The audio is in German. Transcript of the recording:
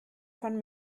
von